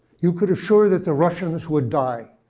you could assure that the russians would die,